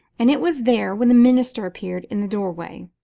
and it was there when the minister appeared in the doorway.